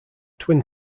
twin